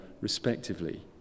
respectively